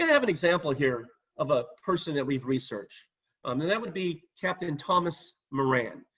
have an example here of a person that we've researched um and that would be captain thomas moran.